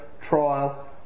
trial